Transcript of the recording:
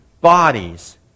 bodies